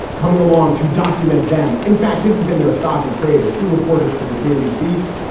coming along to document them. in fact, this has been their stock and trade or to reported for the daily beast.